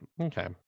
okay